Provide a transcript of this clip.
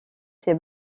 ses